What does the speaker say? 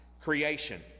creation